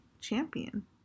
champion